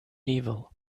evil